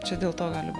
čia dėl to galima